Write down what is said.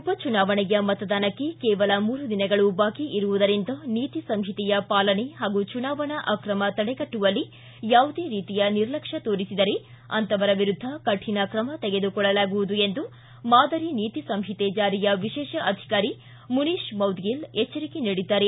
ಉಪ ಚುನಾವಣೆಯ ಮತದಾನಕ್ಕೆ ಕೇವಲ ಮೂರು ದಿನಗಳು ಬಾಕಿ ಇರುವುದರಿಂದ ನೀತಿಸಂಹಿತೆ ಪಾಲನೆ ಪಾಗೂ ಚುನಾವಣಾ ಅಕ್ರಮ ತಡೆಗಟ್ಟುವಲ್ಲಿ ಯಾವುದೇ ರೀತಿಯ ನಿರ್ಲಕ್ಷ್ಕ ತೋರಿಸಿದರೆ ಅಂತಹವರ ವಿರುದ್ಧ ಕೌಣ ಕ್ರಮ ತೆಗೆದುಕೊಳ್ಳಲಾಗುವುದು ಎಂದು ಮಾದರಿ ನೀತಿ ಸಂಹಿತೆ ಜಾರಿಯ ವಿಶೇಷ ಅಧಿಕಾರಿ ಮುನಿಷ್ ಮೌದ್ಗಿಲ್ ಎಚ್ಚರಿಕೆ ನೀಡಿದ್ದಾರೆ